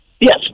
Yes